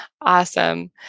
Awesome